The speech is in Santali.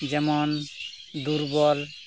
ᱡᱮᱢᱚᱱ ᱫᱩᱨᱵᱚᱞ